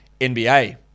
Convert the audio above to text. NBA